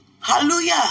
Hallelujah